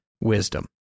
wisdom